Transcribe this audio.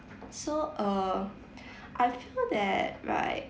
so err I feel that right